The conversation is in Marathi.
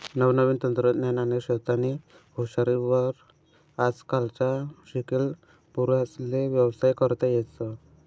नवनवीन तंत्रज्ञान आणि सोतानी हुशारी वर आजकालना शिकेल पोर्यास्ले व्यवसाय करता येस